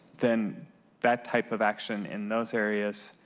then that type of action in those areas,